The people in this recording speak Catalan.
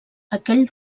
aquell